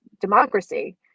democracy